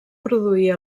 produir